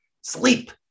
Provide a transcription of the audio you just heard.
Sleep